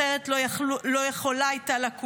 אחרת לא הייתה יכולה לקום.